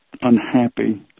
unhappy